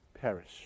perish